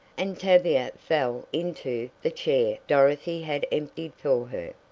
and tavia fell into the chair dorothy had emptied for her.